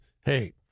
Hey